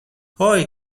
هوی